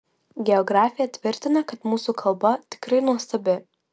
geografė tvirtina kad mūsų kalba tikrai nuostabi